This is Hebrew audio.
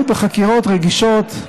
אבל בחקירות רגישות,